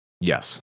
Yes